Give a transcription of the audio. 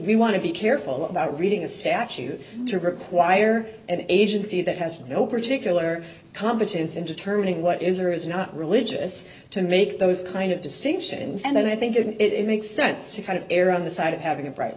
want to be careful about reading the statute to require an agency that has no particular competence in determining what is or is not religious to make those kind of distinctions and then i think it makes sense to kind of err on the side of having a bright